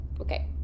Okay